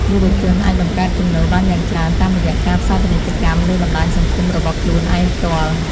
យុវជនអាចបង្កើតចំណូលបានយ៉ាងច្រើនតាមរយៈការផ្សាយពាណិជ្ជកម្មលើបណ្តាញសង្គមរបស់ខ្លួនឯងផ្ទាល់។